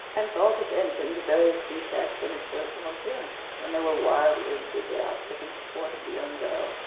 and called attention to various defects in his personal appearance and they were wildly enthusiastic in support of the young girl.